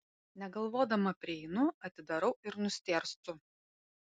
negalvodama prieinu atidarau ir nustėrstu